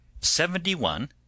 seventy-one